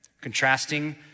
contrasting